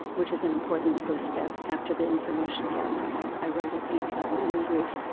which is an important first step. after the information-gathering, i i write a detailed naming brief,